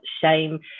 shame